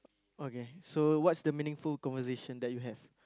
okay so what's the meaningful conversation that you have